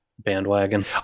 bandwagon